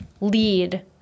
lead